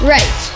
Right